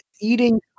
eating